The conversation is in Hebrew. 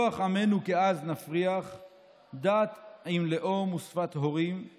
רוח עמנו כאז נפריח / דת עם לאום ושפת הורים /